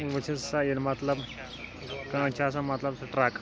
وٕچھِو سا ییٚلہِ مطلب کٲنٛسہِ چھِ آسان مطلب سُہ ٹرٛک